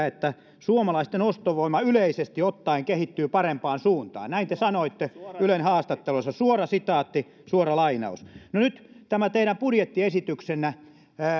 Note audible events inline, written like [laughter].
[unintelligible] että suomalaisten ostovoima yleisesti ottaen kehittyy parempaan suuntaan näin te sanoitte ylen haastattelussa suora sitaatti suora lainaus no nyt tämä teidän budjettiesityksenne